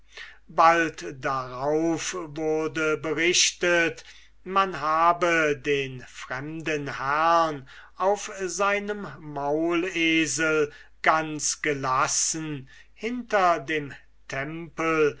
bald darauf wurde berichtet daß man den fremden herrn auf seinem maulesel ganz gelassen hinter dem tempel